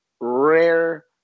rare